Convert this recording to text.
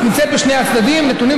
נמצאות במליאה.